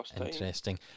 interesting